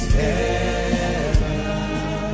heaven